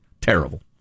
Terrible